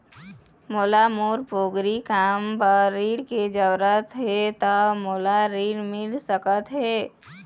मोला मोर पोगरी काम बर ऋण के जरूरत हे ता मोला ऋण मिल सकत हे?